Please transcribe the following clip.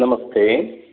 नमस्ते